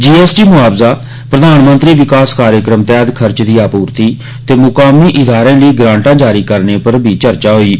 GST मुआवजा प्रधानमंत्री विकास कार्यक्रम तैह्त खर्चे दी आपूर्ती ते मुकामी इदारें लेई ग्रांटां जारी करने पर भी चर्चो कीती गेई